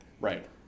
Right